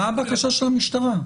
מה הבקשה של משטרה?